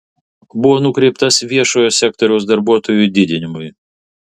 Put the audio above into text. buvo nukreiptas viešojo sektoriaus darbuotojų didinimui